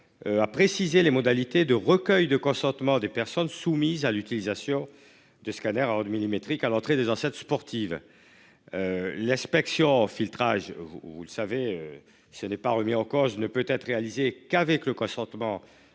À préciser les modalités de recueil de consentement des personnes soumises à l'utilisation de scanners à Orly millimétrique à l'entrée des enceintes sportives. L'inspection filtrage, vous le savez. Ce n'est pas remis en cause ne peut être réalisé qu'avec le consentement